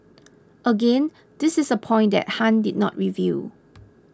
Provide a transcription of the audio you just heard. again this is a point that Han did not reveal